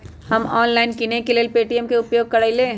हम ऑनलाइन किनेकेँ लेल पे.टी.एम के उपयोग करइले